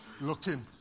looking